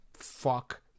Fuck